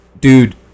dude